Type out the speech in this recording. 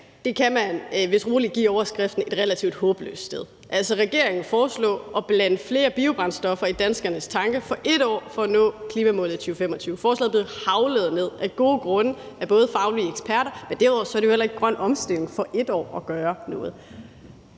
Det kan man vist roligt give overskriften et relativt håbløst sted. Altså, regeringen foreslog at blande flere biobrændstoffer i danskernes tanke for et år for at nå klimamålet i 2025. Forslaget er af gode grunde blevet haglet ned af faglige eksperter, men derudover er det jo heller ikke grøn omstilling at gøre noget